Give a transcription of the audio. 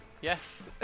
Yes